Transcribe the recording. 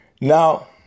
Now